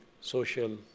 social